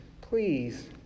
please